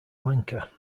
lanka